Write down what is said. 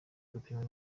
gupimwa